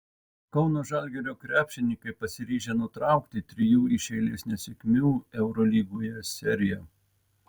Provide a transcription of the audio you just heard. kauno žalgirio krepšininkai pasiryžę nutraukti trijų iš eilės nesėkmių eurolygoje seriją